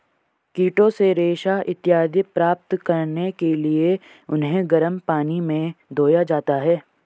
कीटों से रेशा इत्यादि प्राप्त करने के लिए उन्हें गर्म पानी में धोया जाता है